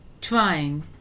trying